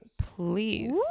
please